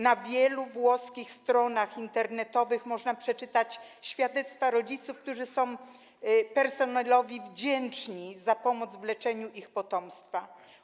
Na wielu włoskich stronach internetowych można przeczytać świadectwa rodziców, którzy są personelowi wdzięczni za pomoc w leczeniu ich potomstwa.